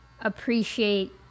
Appreciate